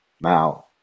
Now